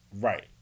Right